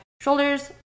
shoulders